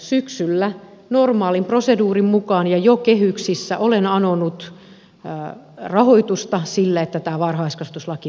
syksyllä normaalin proseduurin mukaan ja jo kehyksissä olen anonut rahoitusta sille että tämä varhaiskasvatuslaki voitaisiin jättää